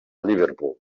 liverpool